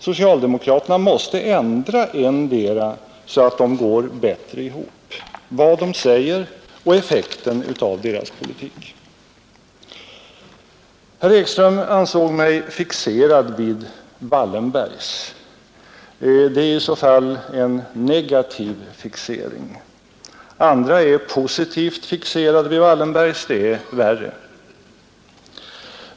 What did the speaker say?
Socialdemokraterna måste ändra endera, så att vad de säger och effekten av deras politik går bättre ihop. Herr Ekström.s2nsåg mig fixerad vid Wallenbergs. Det är i så fall en negativ fixering. Andra är positivt fixerade vid Wallenbergs, och det är värre.